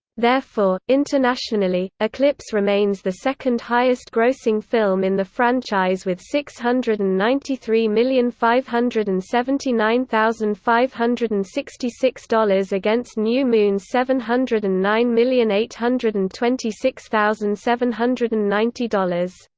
therefore, internationally, eclipse remains the second-highest-grossing film in the franchise with six hundred and ninety three million five hundred and seventy nine thousand five hundred and sixty six dollars against new moon's seven hundred and nine million eight hundred and twenty six thousand seven hundred and ninety dollars.